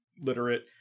literate